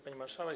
Pani Marszałek!